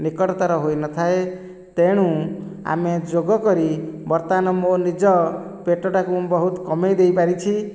ନିକଟତର ହୋଇନଥାଏ ତେଣୁ ଆମେ ଯୋଗ କରି ବର୍ତ୍ତମାନ ମୋ ନିଜ ପେଟଟା କୁ ମୁଁ ବହୁତ କମେଇଦେଇ ପାରିଛି